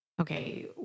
Okay